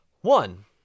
one